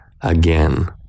again